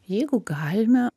jeigu galime